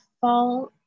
fall